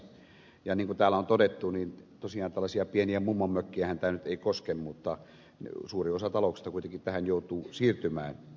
niin kuin täällä on todettu tosiaan tällaisia pieniä mummonmökkejähän tämä nyt ei koske mutta suuri osa talouksista kuitenkin tähän joutuu siirtymään